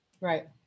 right